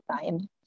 time